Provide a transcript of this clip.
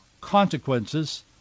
consequences